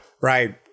right